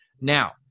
Now